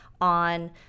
on